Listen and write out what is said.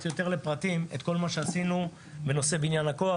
יותר לפרטים לגבי כל מה שעשינו בנושא בניין הכוח.